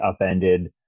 upended